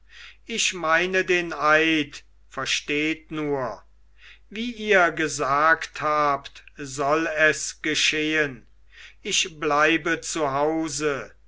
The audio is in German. ich meine den eid versteht nur wie ihr gesagt habt soll es geschehen ich bleibe